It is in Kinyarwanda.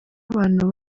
abantu